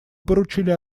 поручили